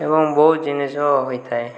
ଏବଂ ବହୁତ ଜିନିଷ ହୋଇଥାଏ